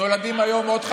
נולדים היום עוד,